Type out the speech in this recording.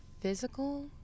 physical